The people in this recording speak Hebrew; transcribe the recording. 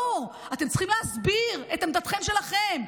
לא, אתם צריכים להסביר את עמדתכם שלכם,